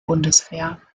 bundeswehr